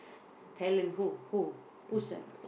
talent who who who's the